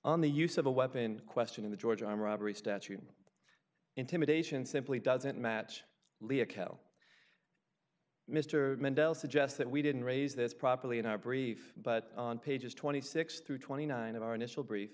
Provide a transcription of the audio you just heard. on the use of a weapon in question in the georgia arm robbery statute intimidation simply doesn't match leah cal mr mendell suggests that we didn't raise this properly in our brief but on pages twenty six through twenty nine of our initial brief